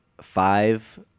five